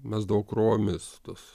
mesdavo krūvomis tuos